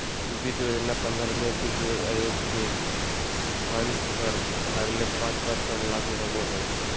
वित्त योजना पंद्रहवें वित्त आयोग के सिफारिश पर अगले पाँच वर्ष तक लागू होबो हइ